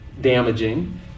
damaging